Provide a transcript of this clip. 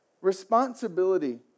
responsibility